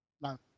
No